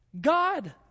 God